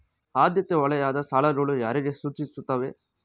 ಆದ್ಯತಾ ವಲಯದ ಸಾಲಗಳು ಯಾರಿಗೆ ಸೂಚಿಸುತ್ತವೆ?